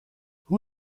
who